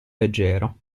leggero